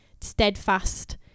steadfast